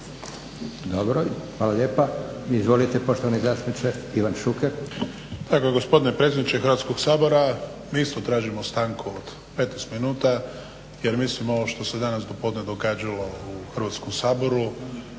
Dobro. Hvala lijepa. Izvolite poštovani zastupniče Ivan Šuker. **Šuker, Ivan (HDZ)** Tako je. Poštovani predsjedniče Hrvatskog sabora. Mi isto tražimo stanku od 15 minuta, jer mislimo ovo što se danas do podne događalo u Hrvatskom saboru